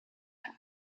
had